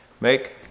Make